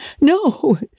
No